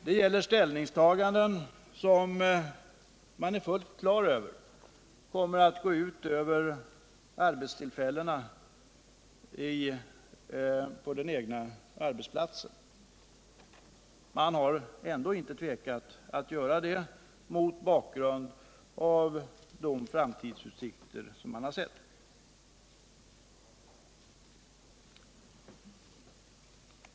Det är ställningstaganden som man är fullt på det klara med kommer att gå ut över arbetstillfällena på den egna arbetsplatsen. Man har ändå inte tvekat att göra detta, mot bakgrund av framtidsutsikterna.